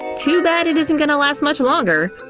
too bad it isn't gonna last much longer.